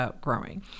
growing